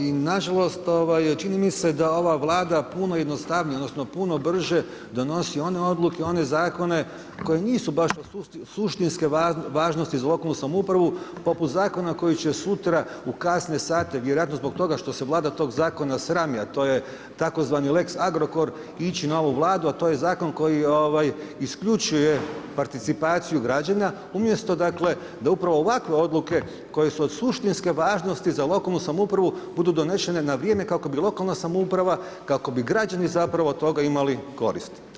I nažalost, čini mi se da ova Vlada puno jednostavnije, odnosno puno brže donosi one odluke, one zakone koji nisu baš od suštinske važnosti za lokalnu samoupravu poput zakona koji će sutra u kasne sate vjerojatno zbog toga što se Vlada tog zakona srami a to je tzv. lex Agrokor ići na ovu Vladu a to je zakon koji isključuje participaciju građana umjesto dakle da upravo ovakve odluke koje su od suštinske važnosti za lokalnu samoupravu budu donesene na vrijeme kako bi lokalna samouprava, kako bi građani zapravo od toga imali korist.